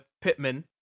Pittman